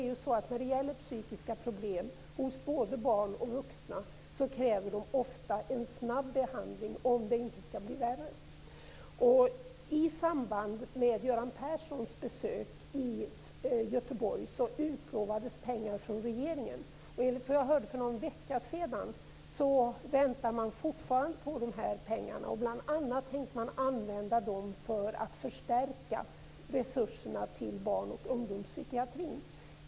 Psykiska problem hos både barn och vuxna kräver ofta en snabb behandling om inte problemen skall förvärras. I samband med Göran Perssons besök i Göteborg utlovades pengar från regeringen. Enligt vad jag hörde för någon vecka sedan väntar man fortfarande på pengarna. Bl.a. tänker man använda pengarna för att förstärka resurserna till barn och ungdomspsykiatrin.